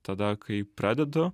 tada kai pradedu